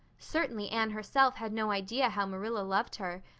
certainly anne herself had no idea how marilla loved her.